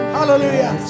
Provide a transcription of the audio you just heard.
Hallelujah